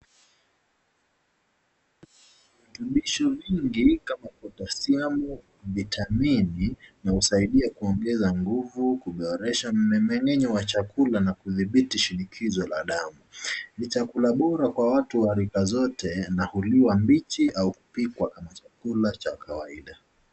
Vitu vingi kama potasiamu, vitamini, na husaidia kuongeza nguvu kuboresha miminyo wa chakula na kudhibiti shinikozo la damu, ni chakula bora na huliwa na watu wa aina yeyote yakiwa mbichi au kupikwa kama chakula cha kawaida.